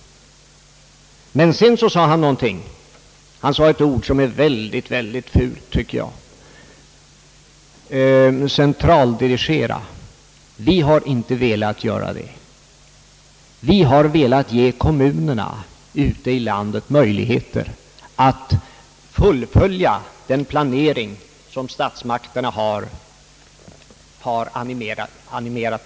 Därefter begagnade han ett ord, som jag tycker är väldigt fult, nämligen »centraldirigera». Vi har inte velat centraldirigera. Vi har velat ge kommunerna ute i landet möjlighet att fullfölja den planering som statsmakterna har animerat dem till.